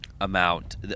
amount